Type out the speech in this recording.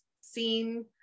seen